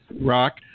rock